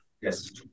yes